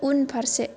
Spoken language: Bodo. उनफारसे